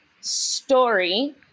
story